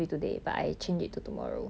orh at restaurant